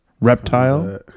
Reptile